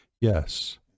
yes